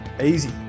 easy